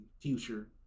Future